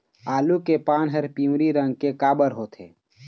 आलू के पान हर पिवरी रंग के काबर होथे?